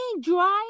drive